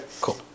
cool